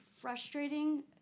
frustrating